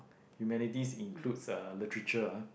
humanities include literature